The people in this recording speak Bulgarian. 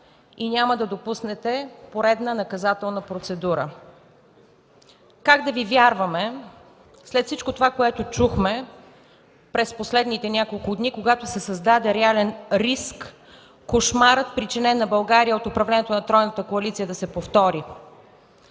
и няма да допуснете поредна наказателна процедура? Как да Ви вярваме след всичко това, което чухме през последните няколко дни, когато се създаде реален риск кошмарът, причинен на България от управлението на тройната коалиция, да се повтори?